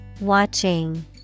Watching